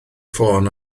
ffôn